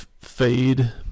fade